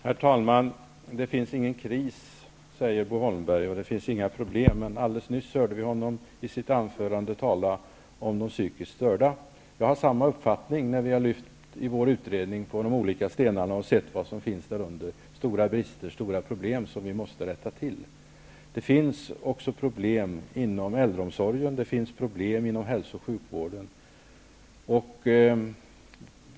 Herr talman! Det finns ingen kris, säger Bo Holmberg. Men alldeles nyss hörde vi Bo Holmberg i sitt anförande tala om de psykiskt störda. Jag har samma uppfattning. Vi har i vår utredning lyft på de olika stenarna och sett vad som finns därunder: stora brister som vi måste rätta till, stora problem som vi måste lösa. Det finns problem också inom äldreomsorgen, det finns problem inom hälso och sjukvården.